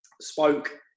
spoke